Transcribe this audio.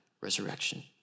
resurrection